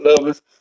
lovers